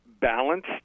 balanced